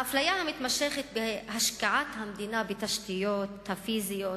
האפליה המתמשכת בהשקעת המדינה בתשתיות הפיזיות